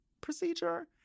procedure